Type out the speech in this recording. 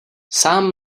sám